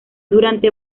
durante